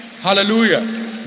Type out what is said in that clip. Hallelujah